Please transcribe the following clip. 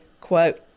quote